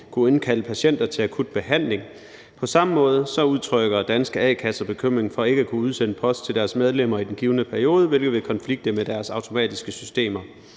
kunne indkalde patienter til akut behandling. På samme måde udtrykker Danske A-kasser bekymring for ikke at kunne udsende post til deres medlemmer i den givne periode, hvilket vil konflikte med deres automatiske systemer.